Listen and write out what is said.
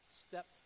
step